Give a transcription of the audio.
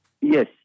Yes